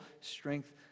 strength